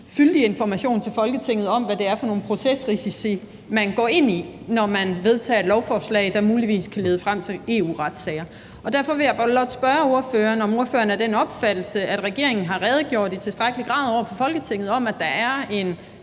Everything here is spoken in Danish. fyldig information til Folketinget om, hvad det er for nogle procesrisici, man går ind i, når man vedtager et lovforslag, der muligvis kan lede frem til EU-retssager. Og derfor vil jeg blot spørge ordføreren, om ordføreren er af den opfattelse, at regeringen i tilstrækkelig grad har redegjort over for Folketinget om, at der er en